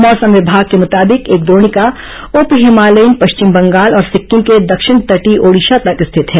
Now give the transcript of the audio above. मौसम विभाग के मुताबिक एक द्रोणिका उप हिमालयीन पश्चिम बंगाल और सिक्किम के दक्षिण तटीय ओडिशा तक स्थित है